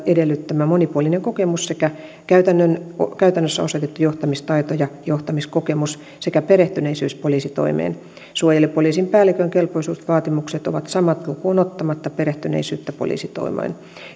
edellyttämä monipuolinen kokemus sekä käytännössä osoitettu johtamistaito ja johtamiskokemus sekä perehtyneisyys poliisitoimeen suojelupoliisin päällikön kelpoisuusvaatimukset ovat samat lukuun ottamatta perehtyneisyyttä poliisitoimeen